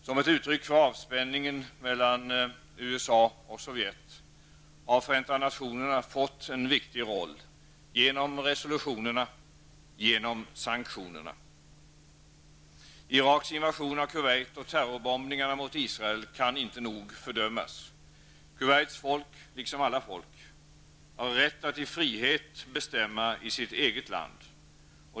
Som ett uttryck för avspänningen mellan USA och Sovjet har Förenta nationerna fått en viktig roll, genom resolutionerna, genom sanktionerna. Iraks invasion av Kuwait och terrorbombningarna mot Israel kan inte nog fördömas. Kuwaits folk, liksom alla folk, har rätt att i frihet bestämma i sitt eget land.